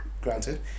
Granted